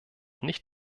nicht